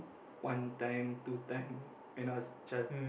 one time two time when I was a child